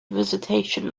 visitation